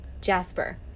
Jasper